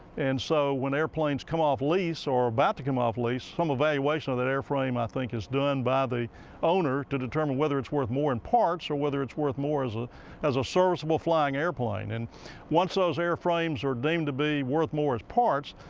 and so when airplanes come off lease or are about to come off lease, some evaluation of that airframe i think is done by the owner to determine whether it's worth more in parts or whether it's worth more as ah a serviceable flying airplane, and once those airframes are deemed to be worth more as parts,